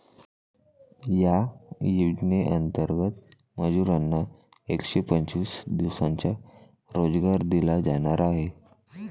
या योजनेंतर्गत मजुरांना एकशे पंचवीस दिवसांचा रोजगार दिला जाणार आहे